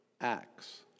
Acts